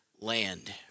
land